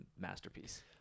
masterpiece